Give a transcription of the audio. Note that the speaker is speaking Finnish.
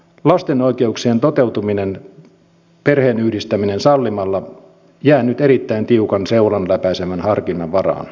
lasten oikeuksien toteutuminen sallimalla perheenyhdistäminen jää nyt erittäin tiukan seulan läpäisevän harkinnan varaan